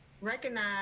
recognize